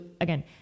again